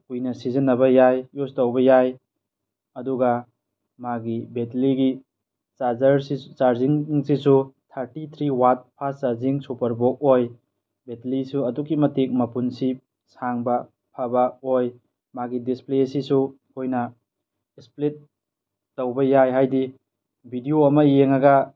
ꯀꯨꯏꯅ ꯁꯤꯖꯤꯟꯅꯕ ꯌꯥꯏ ꯏꯌ꯭ꯨꯁ ꯇꯧꯕ ꯌꯥꯏ ꯑꯗꯨꯒ ꯃꯥꯒꯤ ꯕꯦꯇ꯭ꯂꯤꯒꯤ ꯆꯥꯔꯖꯤꯡꯁꯤꯁꯨ thirty three watt fast charging ꯁꯨꯄ꯭ꯔꯕꯣꯛ ꯑꯣꯏ ꯕꯦꯇ꯭ꯔꯤꯁꯨ ꯑꯗꯨꯛꯀꯤ ꯃꯇꯤꯛ ꯃꯄꯨꯟꯁꯤ ꯁꯥꯡꯕ ꯐꯕ ꯑꯣꯏ ꯃꯥꯒꯤ ꯗꯤꯁꯄ꯭ꯂꯦꯁꯤꯁꯨ ꯑꯩꯈꯣꯏꯅ ꯁ꯭ꯄꯂꯤꯠ ꯇꯧꯕ ꯌꯥꯏ ꯍꯥꯏꯗꯤ ꯕꯤꯗꯤꯌꯣ ꯑꯃ ꯌꯦꯡꯉꯒ